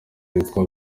witwa